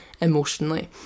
emotionally